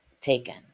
taken